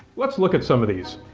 let's look at some of these.